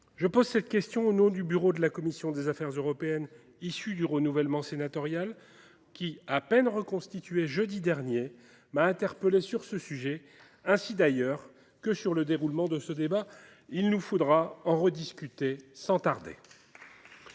Je pose cette question au nom du bureau de la commission des affaires européennes issu du renouvellement sénatorial, qui, à peine reconstitué jeudi dernier, m’a interpellé sur ce sujet, ainsi que sur le déroulement de ce débat. Absolument ! Il nous faudra en rediscuter sans tarder.